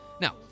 Now